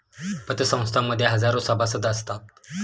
पतसंस्थां मध्ये हजारो सभासद असतात